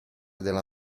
della